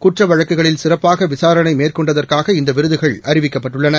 குற்றவழக்குகளில் சிறப்பாகவிசாரணைமேற்கொண்டதற்காக இந்தவிருதுகள் அறிவிக்கப்பட்டுள்ளன